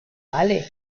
vale